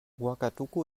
ouagadougou